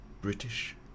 British